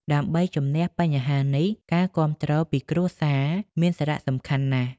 ដើម្បីជម្នះបញ្ហានេះ ការគាំទ្រពីគ្រួសារ មានសារៈសំខាន់ណាស់។